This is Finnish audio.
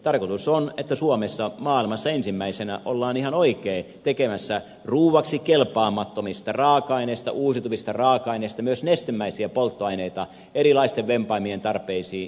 tarkoitus on että suomessa maailmassa ensimmäisenä ollaan ihan oikein tekemässä ruuaksi kelpaamattomista raaka aineista uusiutuvista raaka aineista myös nestemäisiä polttoaineita erilaisten vempaimien tarpeisiin